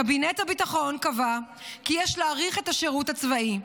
קבינט הביטחון קבע כי יש להאריך את השירות הצבאי,